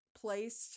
placed